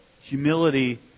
humility